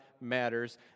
matters